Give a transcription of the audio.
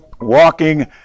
Walking